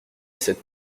cette